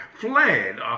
fled